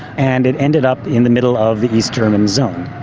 and it ended up in the middle of the east german zone.